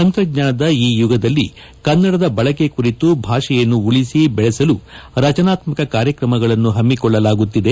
ತಂತ್ರಜ್ಞಾನದ ಈ ಯುಗದಲ್ಲಿ ಕನ್ನಡದ ಬಳಕೆ ಕುರಿತು ಭಾಷೆಯನ್ನು ಉಳಿಸಿ ಬೆಳೆಸಲು ರಚನಾತ್ಮಕ ಕಾರ್ಯಕ್ರಮಗಳನ್ನು ಹಮ್ಮಿಕೊಳ್ಳಲಾಗುತ್ತಿದೆ